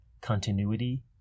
continuity